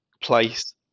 place